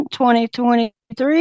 2023